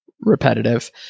repetitive